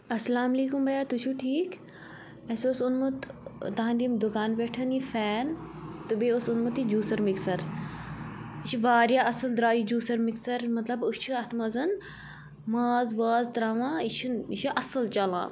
اَسلامُ علیکُم بیا تُہۍ چھُو ٹھیٖک اَسہِ اوس اوٚنمُت تُہٕنٛدِ اَمہِ دُکان پٮ۪ٹھ یہِ فین تہٕ بیٚیہِ اوس اوٚنمُت یہِ جوٗسَر مِکسَر یہِ چھِ واریاہ اَصٕل درٛاے یہِ جوٗسَر مِکسَر مطلب أسۍ چھِ اَتھ منٛز ماز واز ترٛاوان یہِ چھُنہٕ یہِ چھُ اَصٕل چَلان